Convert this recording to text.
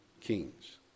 kings